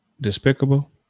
despicable